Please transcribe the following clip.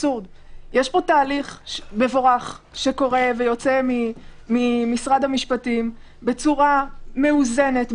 פה תהליך מבורך שקורה ויוצא ממשרד המשפטים בצורה מאוזנת,